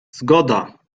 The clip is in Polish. zgoda